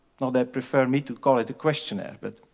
they prefer me to call it a questionnaire but,